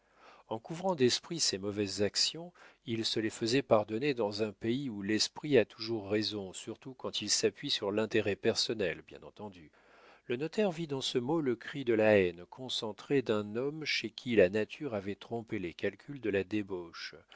en couvrant d'esprit ses mauvaises actions il se les faisait pardonner dans un pays où l'esprit a toujours raison surtout quand il s'appuie sur l'intérêt personnel bien entendu le notaire vit dans ce mot le cri de la haine concentrée d'un homme chez qui la nature avait trompé les calculs de la débauche